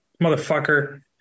motherfucker